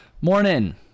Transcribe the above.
Morning